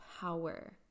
power